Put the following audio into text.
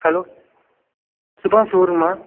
hello சுபாஷ் show ரூமா